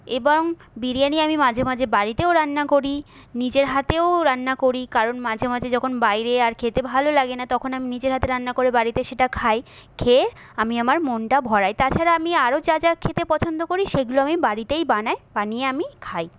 এবং বিরিয়ানি আমি মাঝে মাঝে বাড়িতেও রান্না করি নিজের হাতেও রান্না করি কারণ মাঝে মাঝে যখন বাইরে আর খেতে ভালো লাগে না তখন আমি নিজের হাতে রান্না করে বাড়িতে সেটা খাই খেয়ে আমি আমার মনটা ভরাই তাছাড়া আমি আরও যা যা খেতে পছন্দ করি সেগুলো আমি বাড়িতেই বানাই বানিয়ে আমি খাই